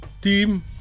Team